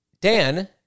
Dan